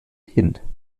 hin